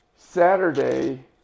Saturday